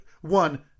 One